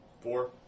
Four